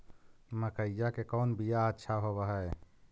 मकईया के कौन बियाह अच्छा होव है?